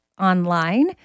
online